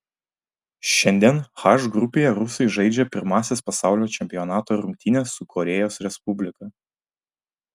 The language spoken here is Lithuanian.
šiandien h grupėje rusai žaidžia pirmąsias pasaulio čempionato rungtynes su korėjos respublika